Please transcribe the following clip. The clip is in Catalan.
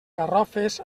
garrofes